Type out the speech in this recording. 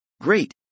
Great